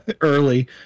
early